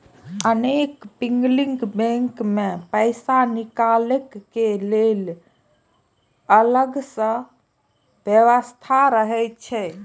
अनेक piggy bank मे पैसा निकालै के लेल अलग सं व्यवस्था रहै छै